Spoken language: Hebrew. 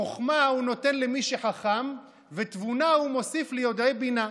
חוכמה הוא נותן למי שחכם ותבונה הוא מוסיף ליודעי בינה.